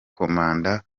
komanda